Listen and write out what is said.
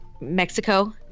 Mexico